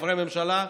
חברי ממשלה,